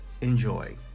enjoy